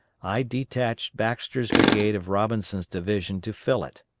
i detached baxter's brigade of robinson's division to fill it.